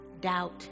doubt